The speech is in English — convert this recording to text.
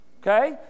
okay